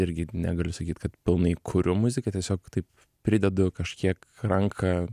irgi negaliu sakyt kad pilnai kuriu muziką tiesiog taip pridedu kažkiek ranką